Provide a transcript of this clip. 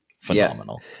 phenomenal